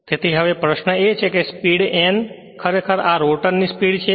તેથી હવે પ્રશ્ન એ છે કે સ્પીડ n ખરેખર આ રોટર ની સ્પીડ છે